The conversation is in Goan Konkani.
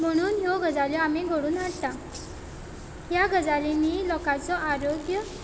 म्हुणून ह्यो गजाल्यो आमी घडोवन हाडटा ह्या गजालींनी लोकांचो आरोग्य